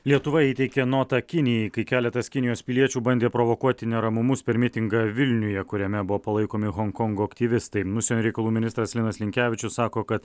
lietuva įteikė notą kinijai kai keletas kinijos piliečių bandė provokuoti neramumus per mitingą vilniuje kuriame buvo palaikomi honkongo aktyvistai užsienio reikalų ministras linas linkevičius sako kad